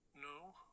No